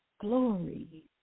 Glory